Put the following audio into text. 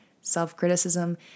self-criticism